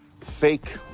fake